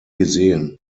gesehen